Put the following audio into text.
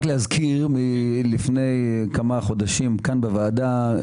רק להזכיר מלפני כמה חודשים כאן בוועדה,